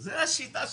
זה השיטה שלכם.